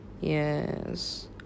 Yes